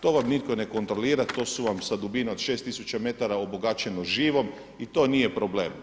To vam nitko ne kontrolira, to su vam sa dubine od šeste tisuća metara obogaćeno živom i to nije problem.